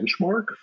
benchmark